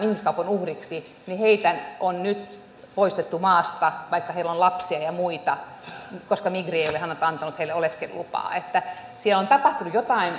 ihmiskaupan uhreiksi on nyt poistettu maasta vaikka heillä on lapsia ja ja muita koska migri ei ole antanut heille oleskelulupaa että siellä on tapahtunut jotain